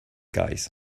guys